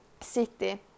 city